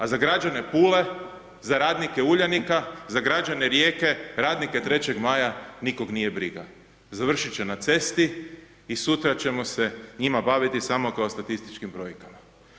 A za građane Pule, za radnike Uljanika, za građane Rijeke, radnike 3. maja nikog nije briga, završit će na cesti i sutra ćemo se njima baviti samo kao statističkim brojkama.